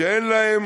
שאין להם